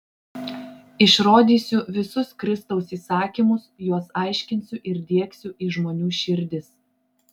išrodysiu visus kristaus įsakymus juos aiškinsiu ir diegsiu į žmonių širdis